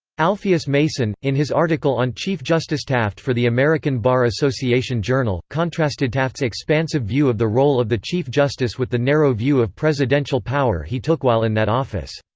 alpheus mason, in his article on chief justice taft for the american bar association journal, contrasted taft's expansive view of the role of the chief justice with the narrow view of presidential power he took while in that office.